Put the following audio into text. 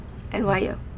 NYU